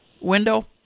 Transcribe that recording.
window